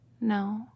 No